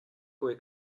кое